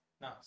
No